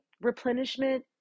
replenishment